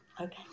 Okay